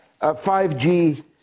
5G